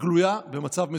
הגלויה, במצב מצוין.